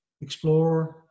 explorer